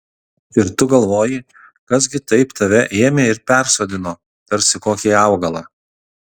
ir tu galvoji kas gi taip tave ėmė ir persodino tarsi kokį augalą